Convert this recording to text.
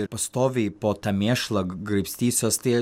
ir pastoviai po tą mėšlą graibstysiuos tai